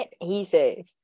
easy